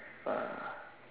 uh